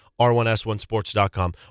r1s1sports.com